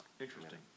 interesting